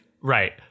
Right